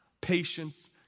patience